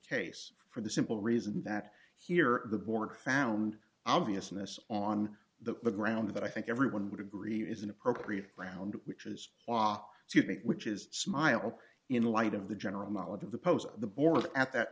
case for the simple reason that here the board found obviousness on the ground that i think everyone would agree it is an appropriate ground which is law to make which is smile in light of the general knowledge of the post the board at that